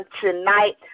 tonight